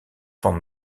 van